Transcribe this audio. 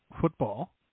football